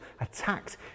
attacked